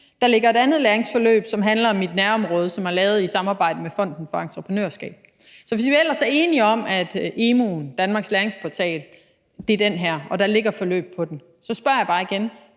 der ligger et andet læringsforløb, som handler om mit nærområde, som er lavet i samarbejde med Fonden for Entreprenørskab. Så hvis vi ellers er enige om, at emu'en – danmarks læringsportal er den her, og at der ligger forløb på den, spørger jeg bare igen: